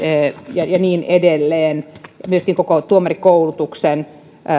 ja ja niin edelleen ja raportoimaan myöskin koko tuomarikoulutuksen